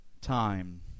time